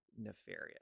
nefarious